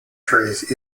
trees